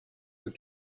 that